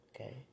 Okay